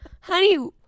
Honey